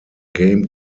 game